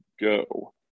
go